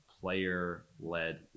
player-led